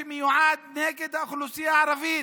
שהוא נגד האוכלוסייה הערבית,